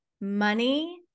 money